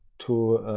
to